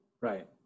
Right